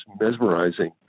mesmerizing